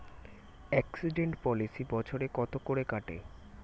Accident policy বছরে কত করে কাটে?